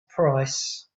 price